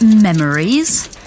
Memories